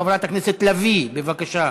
חברת הכנסת לביא, בבקשה,